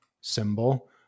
symbol